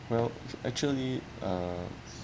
well actually uh